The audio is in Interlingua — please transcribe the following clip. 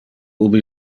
ubi